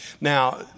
Now